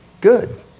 good